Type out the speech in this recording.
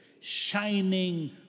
Shining